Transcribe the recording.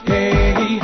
Hey